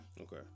Okay